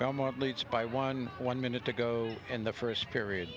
elmont leads by one one minute to go and the first period